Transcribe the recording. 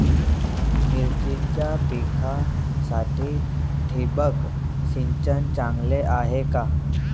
मिरचीच्या पिकासाठी ठिबक सिंचन चांगले आहे का?